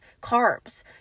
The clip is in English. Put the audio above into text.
carbs